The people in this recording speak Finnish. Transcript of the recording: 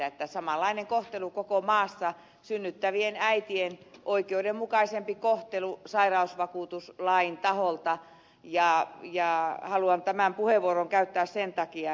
nyt saadaan samanlainen kohtelu koko maassa synnyttävien äitien oikeudenmukaisempi kohtelu sairausvakuutuslain taholta ja haluan tämän puheenvuoron käyttää muistuttaakseni tästä